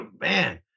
Man